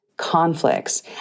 conflicts